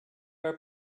are